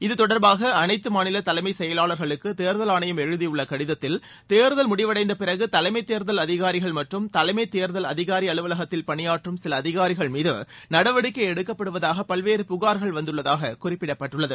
இதுதொடர்பாக அனைத்து மாநில தலைமை செயலாளர்களுக்கு தேர்தல் ஆணையம் எழுதியுள்ள கடிதத்தில் தேர்தல் முடிவடைந்த பிறகு தலைமை தேர்தல் அதிகாரிகள் மற்றும் தலைமை தேர்தல் அதிகாரி அலுவலகத்தில் பணியாற்றும் சில அதிகாரிகள் மீது நடவடிக்கை எடுக்கப்படுவதாக பல்வேறு புகார்கள் வந்துள்ளதாக குறிப்பிடப்பட்டுள்ளது